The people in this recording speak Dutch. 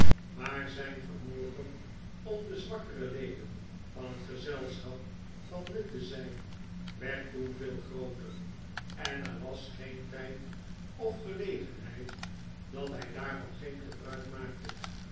maar zijn vermogen om de zwakkere leden van het gezelschap van nut te zijn werd toen veel grooter en er was geen tijd of gelegenheid dat hij daarvan geen gebruik maakte